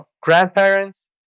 grandparents